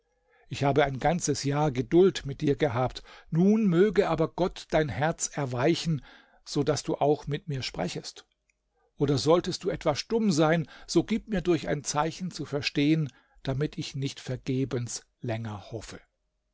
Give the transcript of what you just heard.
ich habe ein ganzes jahr geduld mit dir gehabt nun möge aber gott dein herz erweichen so daß du auch mit mir sprechest oder solltest du etwa stumm sein so gib mir durch ein zeichen zu verstehen damit ich nicht vergebens länger hoffe